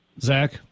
Zach